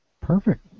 Perfect